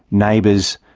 neighbours,